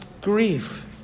grief